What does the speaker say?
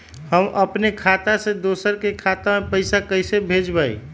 हम अपने खाता से दोसर के खाता में पैसा कइसे भेजबै?